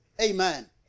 Amen